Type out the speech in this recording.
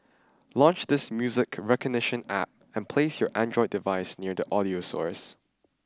launch this music recognition App and place your Android device near the audio source